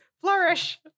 Flourish